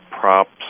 props